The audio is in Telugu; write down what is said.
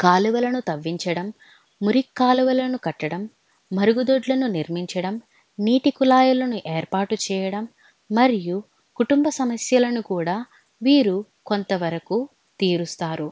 కాలువలను తవ్వించడం మురికి కాలువలను కట్టడం మరుగుదొడ్లను నిర్మించడం నీటి కుళాయిలను ఏర్పాటు చేయడం మరియు కుటుంబ సమస్యలను కూడా వీరు కొంతవరకు తీరుస్తారు